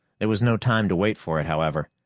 there was no time to wait for it, however.